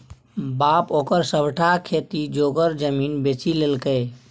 बाप ओकर सभटा खेती जोगर जमीन बेचि लेलकै